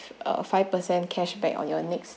uh five percent cashback on your next